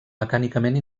mecànicament